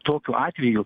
tokių atvejų